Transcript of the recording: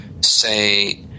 say